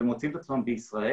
והם מוצאים את עצמם בישראל.